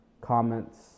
comments